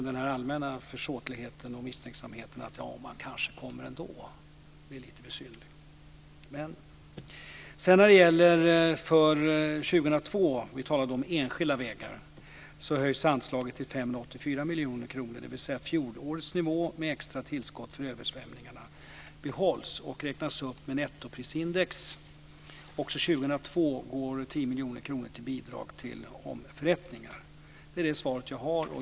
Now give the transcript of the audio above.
Den allmänna försåtligheten och misstänksamheten om att det kanske skulle komma ändå blir då lite besynnerlig. miljoner kronor, dvs. fjolårets nivå med extra tillskott för översvämningarna behålls och räknas upp med nettoprisindex. Också 2002 går 10 miljoner kronor till bidrag till omförrättningar. Det är det svar jag har.